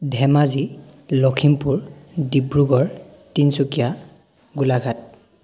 Dhemaji Lakhimpur Dibrugarh Tinsukia Golaghat